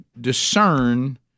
discern